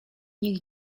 nich